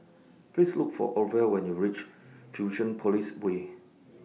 Please Look For Orvel when YOU REACH Fusionopolis Way